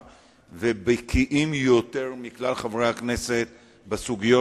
ובקיאים יותר מכלל חברי הכנסת בסוגיות